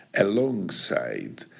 alongside